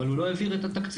אבל הוא לא העביר את התקציב,